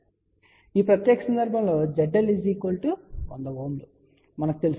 ఈ ప్రత్యేక సందర్భంలో ZL 100Ω అని మనకు తెలుసు